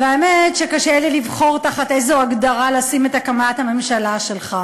והאמת שקשה לי לבחור תחת איזו הגדרה לשים את הקמת הממשלה שלך.